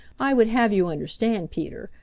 i would have you understand, peter,